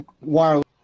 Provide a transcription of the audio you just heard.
wireless